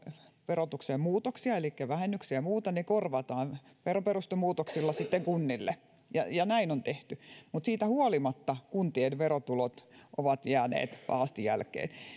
verotukseen muutoksia elikkä vähennyksiä ja muuta niin ne korvataan veroperustemuutoksilla kunnille ja ja näin on tehty mutta siitä huolimatta kuntien verotulot ovat jääneet pahasti jälkeen